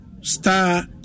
star